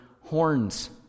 horns